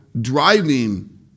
driving